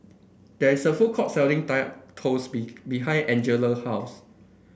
there is a food court selling Kaya Toast be behind Angela house